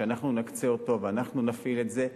שאנחנו נקצה אותו ואנחנו נפעיל את זה.